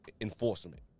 enforcement